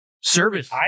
service